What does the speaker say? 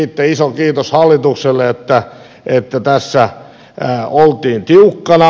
siitä iso kiitos hallitukselle että tässä oltiin tiukkana